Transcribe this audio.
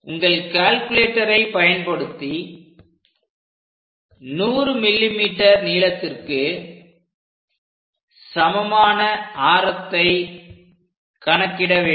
உங்கள் கால்குலேட்டரை பயன்படுத்தி 100mm நீளத்திற்கு சமமான ஆரத்தை கணக்கிட வேண்டும்